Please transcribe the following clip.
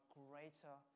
greater